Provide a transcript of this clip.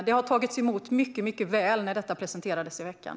Det togs emot mycket väl när det presenterades i veckan.